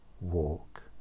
walk